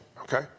Okay